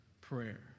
prayer